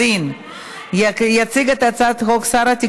את ההחלטה כבר אמרתי.